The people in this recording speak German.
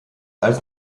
als